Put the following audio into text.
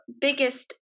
biggest